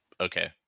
Okay